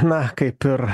na kaip ir